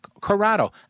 Corrado